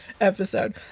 episode